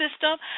system